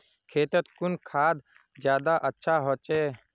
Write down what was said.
खेतोत कुन खाद ज्यादा अच्छा होचे?